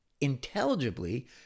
intelligibly